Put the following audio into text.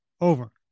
Over